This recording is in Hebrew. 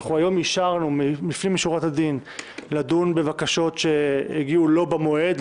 אנחנו היום אישרנו לפנים משורת הדין לדון בבקשות שלא הגיעו במועד,